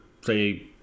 say –